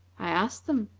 i asked them,